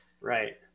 Right